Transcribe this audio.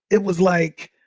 it was like